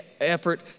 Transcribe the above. effort